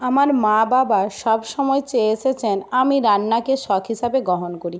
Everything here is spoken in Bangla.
আমার মা বাবা সব সময় চেয়ে এসেছেন আমি রান্নাকে শখ হিসাবে গ্রহণ করি